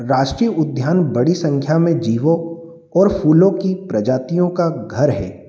राष्ट्रीय उध्यान बड़ी संख्या में जीवो और फलों की प्रजातियों का घर है